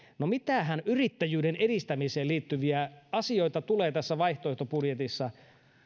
mitähän yrittäjyyden edistämiseen liittyviä asioita tulee tässä vaihtoehtobudjetissa